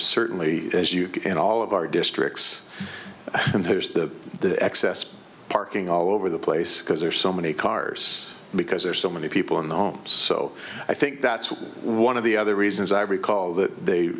certainly as you can in all of our districts and there's the the excess parking all over the place because there are so many cars because there are so many people in the homes so i think that's one of the other reasons i recall that they